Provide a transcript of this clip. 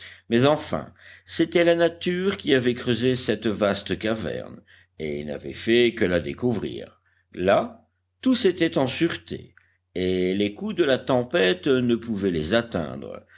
mais enfin c'était la nature qui avait creusé cette vaste caverne et il n'avait fait que la découvrir là tous étaient en sûreté et les coups de la tempête ne pouvaient les atteindre